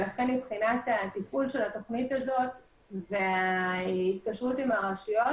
ולכן מבחינת תפעול התוכנית הזאת וההתקשרות עם הרשויות,